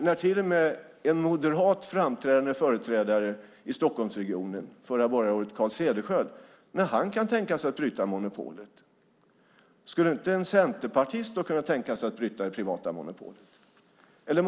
När till och med en moderat framträdande företrädare i Stockholmsregionen, förra borgarrådet Carl Cederschiöld, kan tänka sig att bryta monopolet, skulle då inte en centerpartist kunna tänka sig att bryta det privata monopolet?